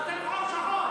אבל אתם חור שחור.